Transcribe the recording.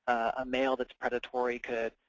a male that's predatory could